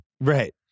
Right